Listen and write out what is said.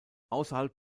außerhalb